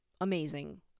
amazing